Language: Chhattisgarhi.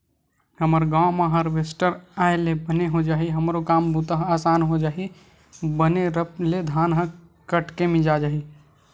हमर गांव म हारवेस्टर आय ले बने हो जाही हमरो काम बूता ह असान हो जही बने रब ले धान ह कट के मिंजा जाही